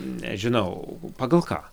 nežinau pagal ką